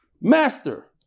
Master